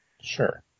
Sure